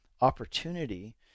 opportunity